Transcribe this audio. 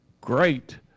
great